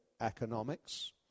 economics